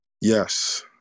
Yes